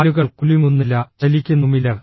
കാലുകൾ കുലുങ്ങുന്നില്ല ചലിക്കുന്നുമില്ല